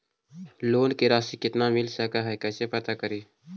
Loan के रासि कितना मिल सक है कैसे पता करी?